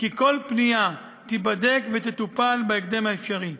שכל פנייה תיבדק ותטופל בהקדם האפשרי.